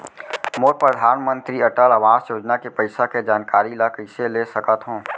मोर परधानमंतरी अटल आवास योजना के पइसा के जानकारी ल कइसे ले सकत हो?